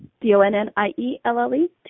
D-O-N-N-I-E-L-L-E